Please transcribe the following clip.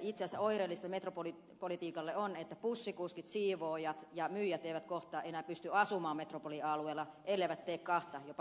itse asiassa oireellista metropolipolitiikalle on että bussikuskit siivoojat ja myyjät eivät kohta enää pysty asumaan metropolialueella elleivät tee kahta jopa kolmea työtä